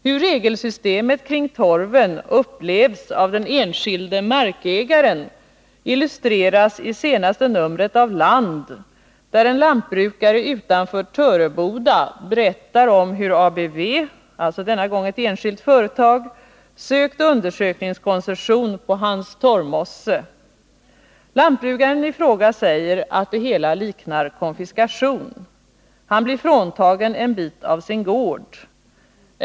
Hur regelsystemet kring torven upplevs av den enskilde markägaren illustreras i senaste numret av Land, där en lantbrukare utanför Töreboda berättar om hur ABV -— alltså denna gång ett enskilt företag — sökt undersökningskoncession på hans torvmosse. Lantbrukaren i fråga säger, att det hela liknar konfiskation. Han blir fråntagen en bit av sin gård.